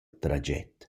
traget